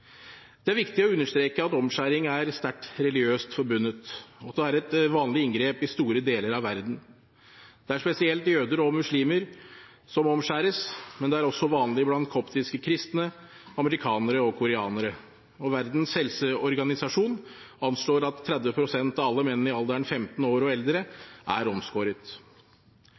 Det er viktig å understreke at omskjæring er sterkt religiøst forbundet, og at det er et vanlig inngrep i store deler av verden. Det er spesielt jøder og muslimer som omskjæres, men det er også vanlig blant koptiske kristne, amerikanere og koreanere. Verdens helseorganisasjon anslår at 30 pst. av alle menn i alderen 15 år og eldre er omskåret.